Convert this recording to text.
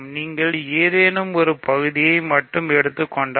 நீங்கள் ஏதேனும் ஒரு பகுதியை மட்டும் எடுத்துக் கொண்டாள்